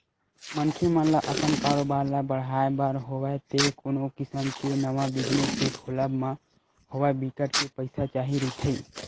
मनखे मन ल अपन कारोबार ल बड़हाय बर होवय ते कोनो किसम के नवा बिजनेस के खोलब म होवय बिकट के पइसा चाही रहिथे